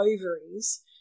ovaries